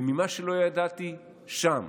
וממה שלא ידעתי שם